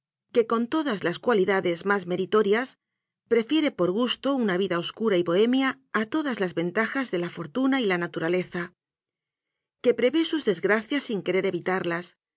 que con todas las cualidades más meritorias prefiere por gusto una vida obscura y bohemia a todas las ventajas de la for tuna y la naturaleza que prevé sus desgracias sin querer evitarlas